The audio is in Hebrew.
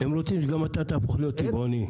הם רוצים שגם אתה תהפוך להיות טבעוני.